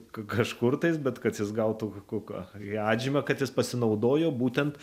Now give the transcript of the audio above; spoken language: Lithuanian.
kažkur tais bet kad jis gautų kokią atžymą kad jis pasinaudojo būtent